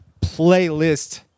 playlist